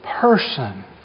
person